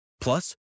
Plus